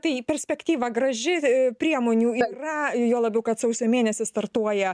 tai į perspektyvą graži priemonių yra juo labiau kad sausio mėnesį startuoja